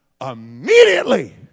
immediately